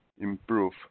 improve